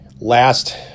Last